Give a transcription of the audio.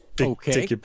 Okay